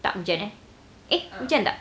tak hujan eh eh hujan tak